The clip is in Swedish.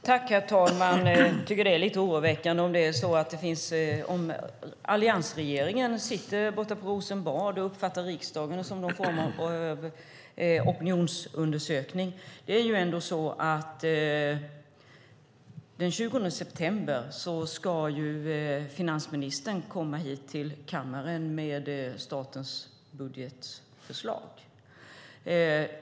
Herr talman! Jag tycker att det är lite oroväckande om alliansregeringen sitter i Rosenbad och uppfattar att riksdagen ägnar sig åt opinionsundersökningar. Den 20 september ska finansministern komma hit till kammaren med statens budgetförslag.